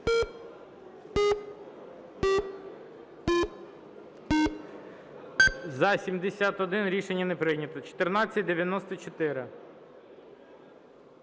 За-71 Рішення не прийнято. 1494.